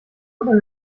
oder